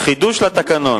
בבקשה, חידוש לתקנון.